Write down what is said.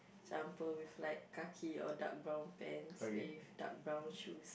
jumper with like khaki or dark brown pants with dark brown shoes